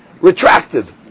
retracted